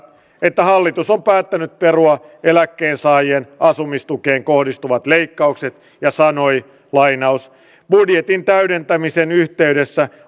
että hallitus on päättänyt perua eläkkeensaajien asumistukeen kohdistuvat leikkaukset ja sanoi budjetin täydentämisen yhteydessä